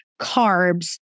carbs